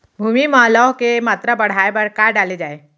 भूमि मा लौह के मात्रा बढ़ाये बर का डाले जाये?